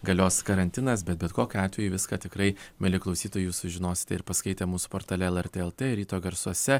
galios karantinas bet bet kokiu atveju viską tikrai mieli klausytojai jūs sužinosite ir paskaitę mūsų portale lrt lt ir ryto garsuose